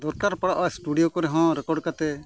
ᱫᱚᱨᱠᱟᱨ ᱯᱟᱲᱟᱜᱼᱟ ᱠᱚᱨᱮ ᱦᱚᱸ ᱠᱟᱛᱮᱫ